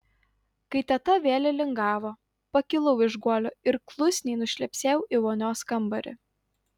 kai teta vėl įlingavo pakilau iš guolio ir klusniai nušlepsėjau į vonios kambarį